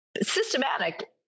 Systematic